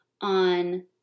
on